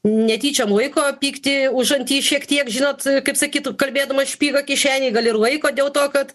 netyčiom laiko pyktį užanty šiek tiek žinot kaip sakyt kalbėdamas špygą kišenėj gal ir laiko dėl to kad